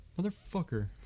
Motherfucker